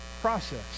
process